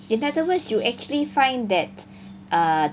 in other words you actually find that err